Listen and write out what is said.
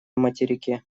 материке